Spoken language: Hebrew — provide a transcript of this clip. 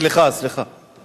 סליחה, סליחה.